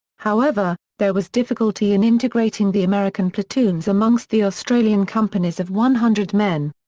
however, there was difficulty in integrating the american platoons amongst the australian companies of one hundred men.